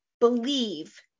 believe